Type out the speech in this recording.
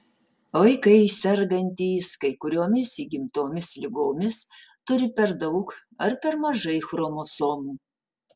vaikai sergantys kai kuriomis įgimtomis ligomis turi per daug ar per mažai chromosomų